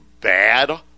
bad